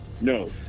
No